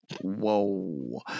Whoa